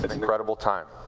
incredible time.